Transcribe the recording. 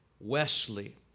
Wesley